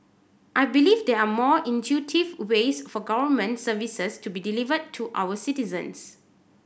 I believe there are more intuitive ways for government services to be delivered to our citizens